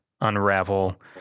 unravel